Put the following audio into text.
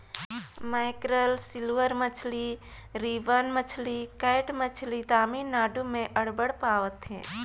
mackerel, silver मछरी, ribbon मछरी, cat मछरी तमिलनाडु में अब्बड़ पवाथे